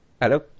Hello